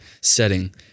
setting